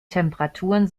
temperaturen